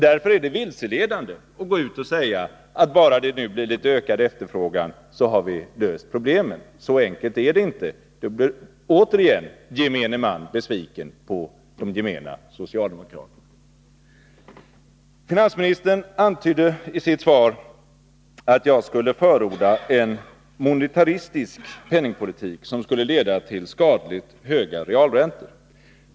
Därför är det vilseledande att gå ut och säga: Bara det blir litet ökad efterfrågan har vi löst problemen. Så enkelt är det inte. Då blir, återigen, gemene man besviken på de gemena socialdemokraterna. Finansministern antydde i sitt svar att jag skulle förorda en monetaristisk penningpolitik, som skulle leda till skadligt höga realräntor.